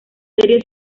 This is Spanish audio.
serie